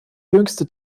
jüngste